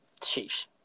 sheesh